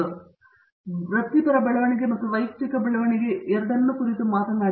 ಆದ್ದರಿಂದ ಇದು ವೃತ್ತಿಪರ ಬೆಳವಣಿಗೆ ಮತ್ತು ವೈಯಕ್ತಿಕ ಬೆಳವಣಿಗೆ ಎರಡನ್ನೂ ಕುರಿತು ಮಾತಾಡುತ್ತದೆ